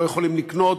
לא יכולים לקנות,